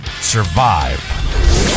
survive